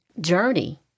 journey